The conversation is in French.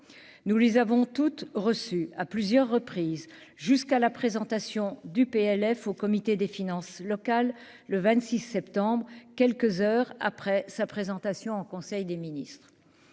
nous les avons toutes reçu à plusieurs reprises jusqu'à la présentation du PLF au comité des finances locales, le 26 septembre quelques heures après sa présentation en conseil des ministres